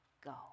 go